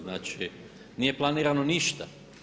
Znači, nije planirano ništa.